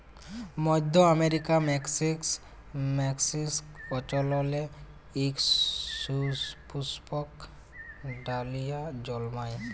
মইধ্য আমেরিকার মেক্সিক অল্চলে ইক সুপুস্পক ডালিয়া জল্মায়